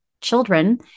children